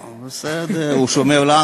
בסדר, הוא שומר לנו?